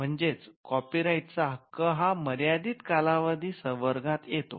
म्हणजेच copyright चा हक्क हा मर्यादित कालावधी सवांर्गत येतो